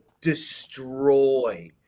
destroy